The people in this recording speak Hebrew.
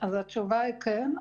התשובה היא כן.